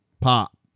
Pop